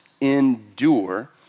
endure